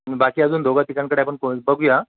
बाकी अजून दोघा तिघांकडे आपण बघूया